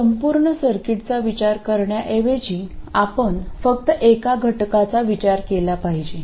संपूर्ण सर्किटचा विचार करण्याऐवजी आपण फक्त एका घटकाचा विचार केला पाहिजे